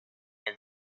had